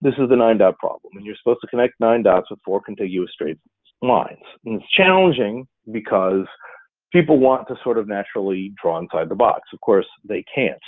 this is the nine-dot problem and you're supposed to connect nine dots with four contiguous straight lines. and it's challenging because people want to sort of naturally draw in outside the box. of course, they can't